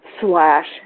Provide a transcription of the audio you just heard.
slash